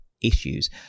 issues